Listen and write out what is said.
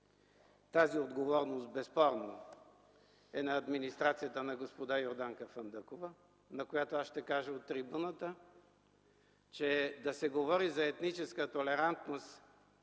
Тази отговорност безспорно е на администрацията на госпожа Йорданка Фандъкова, на която аз ще кажа от трибуната, че да се говори за етническа толерантност